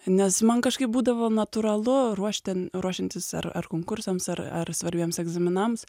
nes man kažkaip būdavo natūralu ruošten ruošiantis ar konkursams ar ar svarbiems egzaminams